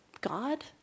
God